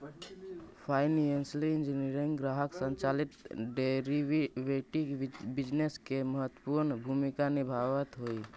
financial engineering ग्राहक संचालित derivative business में महत्वपूर्ण भूमिका निभावऽ हई